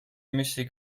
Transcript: მისი